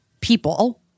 people